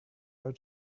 are